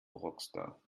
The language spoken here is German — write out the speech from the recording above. rockstar